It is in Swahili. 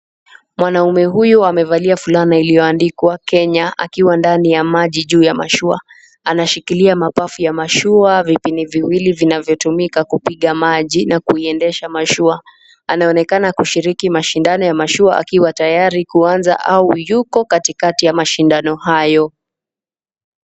Mwanaume huyu amevalia fulana iliyoandikwa Kenya akiwa ndani ya maji, juu ya mashua. Anashikilia mapafu ya mashua, vipini viwili vinavyotumika kupiga maji na kuiendesha mashua. Anaonekana kushiriki mashindano ya mashua akiwa tayari kuanza au yuko katikati ya mashindano hayo.